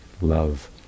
Love